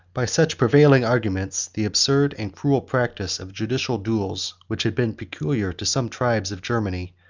by such prevailing arguments, the absurd and cruel practice of judicial duels, which had been peculiar to some tribes of germany,